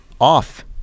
off